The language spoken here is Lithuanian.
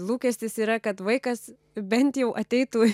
lūkestis yra kad vaikas bent jau ateitų